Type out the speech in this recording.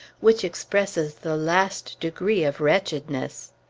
which expresses the last degree of wretchedness.